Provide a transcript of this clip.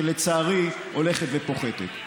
שלצערי הולכת ופוחתת.